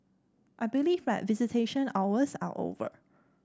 I believe that visitation hours are over